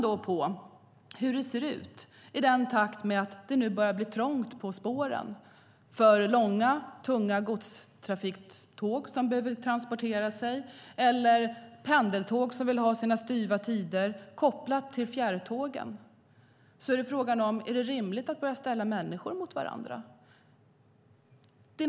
Det börjar bli trångt på spåren för långa, tunga godståg och för pendeltåg som vill ha sina styva tider kopplade till fjärrtågen. Frågan är om det är rimligt att börja ställa människor mot varandra.